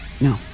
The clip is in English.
No